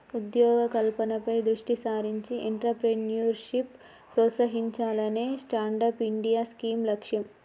ఉద్యోగ కల్పనపై దృష్టి సారించి ఎంట్రప్రెన్యూర్షిప్ ప్రోత్సహించాలనే స్టాండప్ ఇండియా స్కీమ్ లక్ష్యం